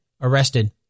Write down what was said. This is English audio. arrested